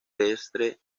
dresde